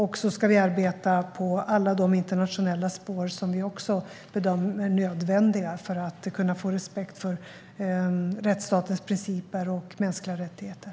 Vi ska också arbeta på alla de internationella spår som vi bedömer nödvändiga för att kunna få respekt för rättsstatens principer och mänskliga rättigheter.